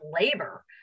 labor